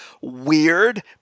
weird